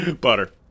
Butter